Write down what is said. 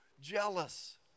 jealous